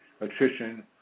attrition